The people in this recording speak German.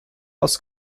aus